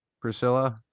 Priscilla